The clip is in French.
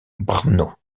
brno